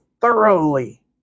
thoroughly